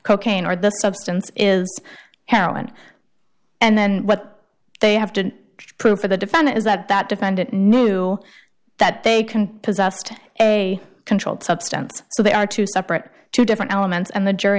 cocaine or the substance is to heroin and then what they have to prove for the defendant is that that defendant knew that they can possessed a controlled substance so they are two separate two different elements and the jury